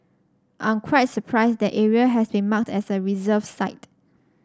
I'm quite surprised that area has been marked as a reserve side